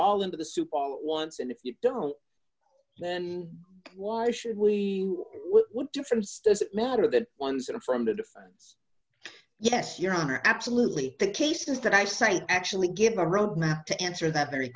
all into the soup all at once and if you don't then why should we what difference does it matter that one sort of from the defense yes your honor absolutely the cases that i cite actually give a roadmap to answer that very